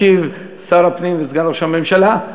ישיב שר הפנים וסגן ראש הממשלה.